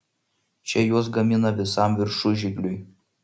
čia juos gamina visam viršužigliui